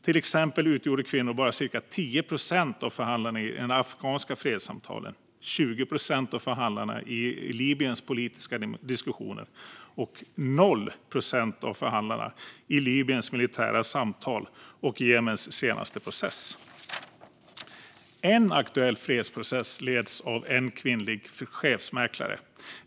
Till exempel utgjorde kvinnor bara cirka 10 procent av förhandlarna i de afghanska fredssamtalen, 20 procent av förhandlarna i Libyens politiska diskussioner och 0 procent av förhandlarna i Libyens militära samtal och i Jemens senaste process. En aktuell fredsprocess leds av en kvinnlig chefsmäklare.